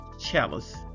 chalice